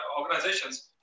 organizations